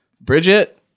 Bridget